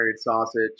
sausage